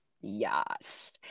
Yes